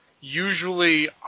Usually